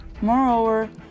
Moreover